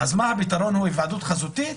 אז הפתרון הוא היוועדות חזותית?